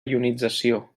ionització